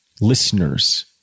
listeners